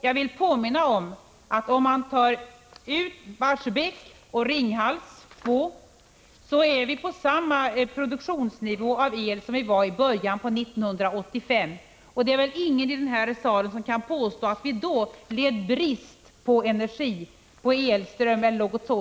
Jag vill påminna om att vi, om man tar Barsebäck och Ringhals 2 ur drift, står på samma elproduktionsnivå som i början av 1985, och det är väl ingen i den här salen som kan påstå att vi då led någon brist på energi eller elström.